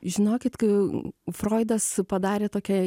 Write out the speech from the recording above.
žinokit kai froidas padarė tokia